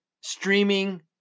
streaming